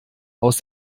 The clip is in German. aus